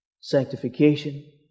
sanctification